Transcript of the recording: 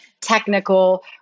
technical